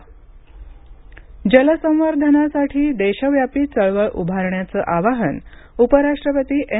उपराष्ट्रपती जल संवर्धनासाठी देशव्यापी चळवळ उभारण्याचं आवाहन उपराष्ट्रपती एम